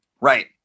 Right